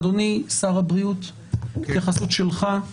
אדוני שר הבריאות, התייחסות שלך בבקשה.